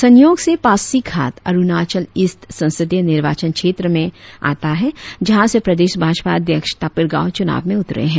संयोग से पासीघाट अरुणाचल ईस्ट संसदीय निर्वाचन क्षेत्र में आता है जहां से प्रदेश भाजपा अध्यक्ष तापिर गाव चुनाव में उतरे है